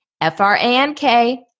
F-R-A-N-K